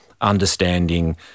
understanding